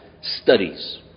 studies